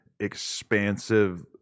expansive